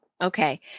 Okay